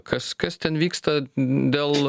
kas kas ten vyksta dėl